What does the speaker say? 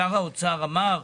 שר האוצר אמר,